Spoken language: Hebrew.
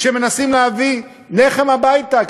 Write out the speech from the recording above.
שמנסים להביא לחם הביתה,